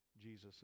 Jesus